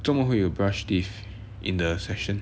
这么会有 brush teeth in the session